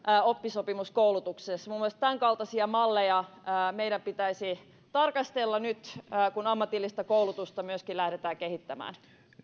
oppisopimuskoulutuksessa minun mielestäni tämänkaltaisia malleja meidän pitäisi tarkastella nyt kun ammatillista koulutusta myöskin lähdetään kehittämään